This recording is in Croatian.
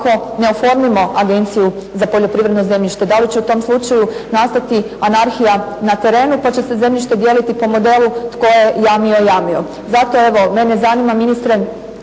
ne oformimo Agenciju za poljoprivredno zemljište? Da li će u tom slučaju nastati anarhija na terenu pa će se zemljište dijeliti po modelu tko je jamio jamio? Zato evo mene zanima ministre